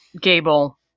Gable